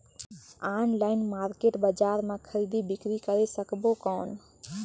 Online market बजार मां खरीदी बीकरी करे सकबो कौन?